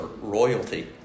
royalty